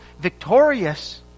victorious